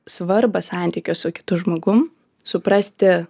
svarbą santykio su kitu žmogum suprasti